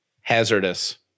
hazardous